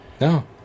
No